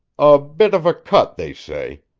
a bit of a cut, they say.